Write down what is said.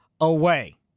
away